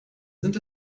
sind